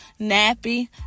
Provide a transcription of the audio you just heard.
nappy